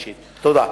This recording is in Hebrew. תודה.